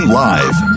live